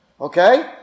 okay